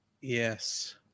Yes